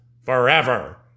forever